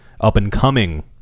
up-and-coming